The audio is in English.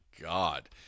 God